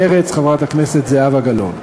מרצ, חברת הכנסת זהבה גלאון.